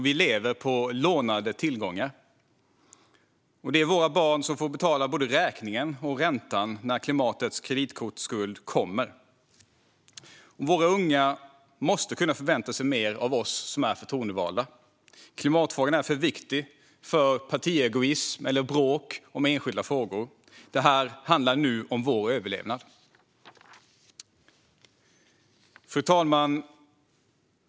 Vi lever på lånade tillgångar, och det är våra barn som får betala både räkningen och räntan när klimatets kreditkortsskuld kommer. Våra unga måste kunna förvänta sig mer av oss som är förtroendevalda. Klimatfrågan är för viktig för partiegoism eller bråk om enskilda frågor. Det handlar nu om vår överlevnad. Fru talman!